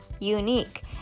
unique